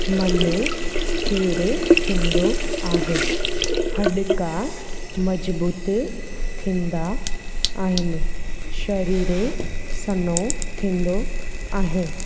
मन स्थिर थींदो आहे हॾि का मज़बूतु थींदा आहिनि शरीरु सन्हो थींदो आहे